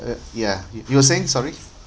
uh ya y~ you were saying sorry